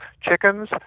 chickens